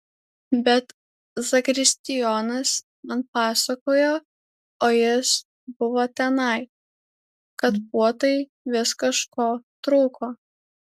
bet zakristijonas man pasakojo o jis buvo tenai kad puotai vis kažko trūko